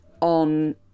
on